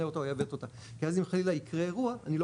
אותה או יעוות אותה ואז אם חלילה יקרה אירוע אני לא